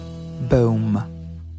Boom